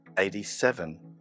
Eighty-seven